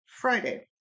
Friday